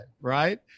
right